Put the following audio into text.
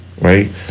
right